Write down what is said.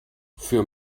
für